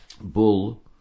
bull